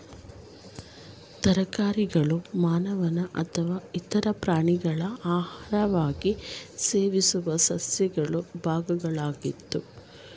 ತರಕಾರಿಗಳು ಮಾನವರು ಅಥವಾ ಇತರ ಪ್ರಾಣಿಗಳು ಆಹಾರವಾಗಿ ಸೇವಿಸುವ ಸಸ್ಯಗಳ ಭಾಗಗಳಾಗಯ್ತೆ